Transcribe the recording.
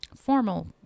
formal